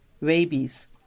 rabies